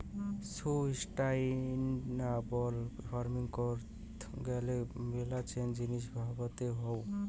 sustainable farming করত গ্যালে মেলাছেন জিনিস ভাবতে হউ